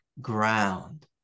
ground